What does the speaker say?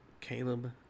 Caleb